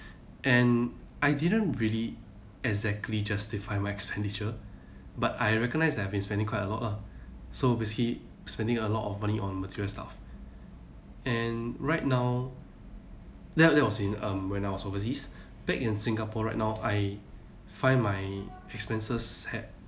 and I didn't really exactly justify my expenditure but I recognise that I've been spending quite a lot lah so basically spending a lot of money on material stuff and right now that that was in um when I was overseas back in singapore right now I find my expenses had